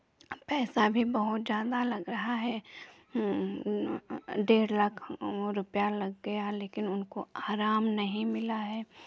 पैसा भी बहुत ज़्यादा लग रहा है डेढ़ लाख रुपैया लग गया लेकिन उनको आराम नहीं मिला है